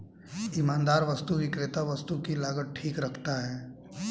ईमानदार वस्तु विक्रेता वस्तु की लागत ठीक रखता है